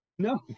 No